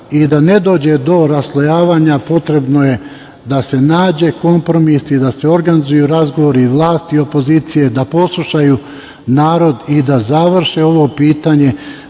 i da ne dođe do raslojavanja potrebno je da se nađe kompromis i da se organizuju razgovori vlasti i opozicije da poslušaju narod i da završe ovo pitanje